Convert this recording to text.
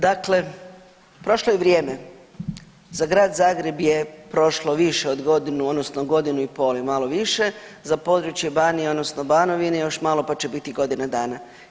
Dakle, prošlo je vrijeme, za Grad Zagreb je prošlo više od godinu, odnosno godinu i pol i malo više, za područje Banije odnosno Banovine, još malo pa će biti godina dana.